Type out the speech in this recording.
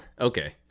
Okay